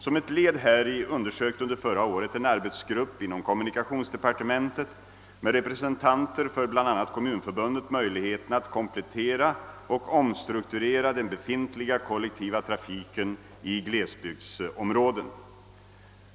Som ett led häri undersökte under förra året en arbetsgrupp inom kommunikationsdepartementet med representanter för bl.a. Kommunförbundet möjligheterna att komplettera och omstrukturera den befintliga kollektiva trafiken i glesbygdsområden.